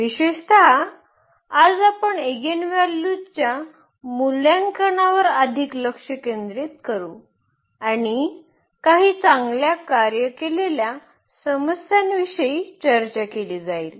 विशेषतः आज आपण इगेनव्हॅल्यूज च्या मूल्यांकनावर अधिक लक्ष केंद्रित करू आणि काही चांगल्या कार्य केलेल्या समस्यांविषयी चर्चा केली जाईल